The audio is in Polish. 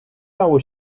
nało